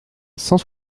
cent